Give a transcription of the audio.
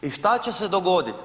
I šta će se dogodit?